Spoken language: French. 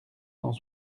cent